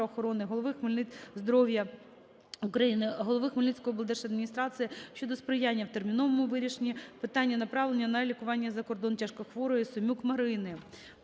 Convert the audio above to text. голови Хмельницької облдержадміністрації щодо сприяння в терміновому вирішенні питання направлення на лікування за кордон тяжкохворої Сомюк Марини.